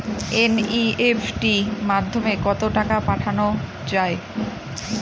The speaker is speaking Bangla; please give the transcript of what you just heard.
এন.ই.এফ.টি মাধ্যমে কত টাকা পাঠানো যায়?